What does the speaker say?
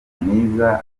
mwiza